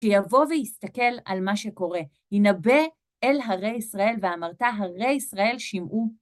שיבוא ויסתכל על מה שקורה, ינבא אל הרי ישראל ואמרת, הרי ישראל, שימעו.